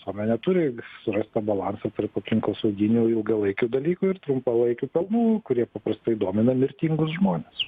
visuomenė turi surasti balansą tarp aplinkosauginių ilgalaikių dalykų ir trumpalaikių pelnų kurie paprastai domina mirtingus žmones